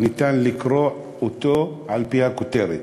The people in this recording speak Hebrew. אפשר לקרוא אותו על-פי הכותרת.